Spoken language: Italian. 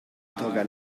toga